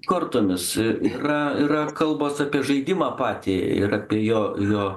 kortomis yra yra kalbos apie žaidimą patį ir apie jo jo